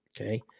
Okay